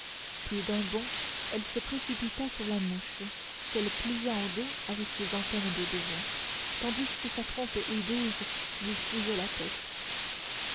puis d'un bond elle se précipita sur la mouche qu'elle plia en deux avec ses antennes de devant tandis que sa trompe hideuse lui fouillait la tête